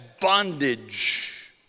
bondage